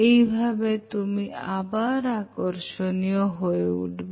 এইভাবে তুমি আবার আকর্ষণীয় হয়ে উঠবে